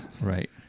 Right